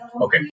Okay